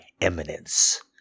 eminence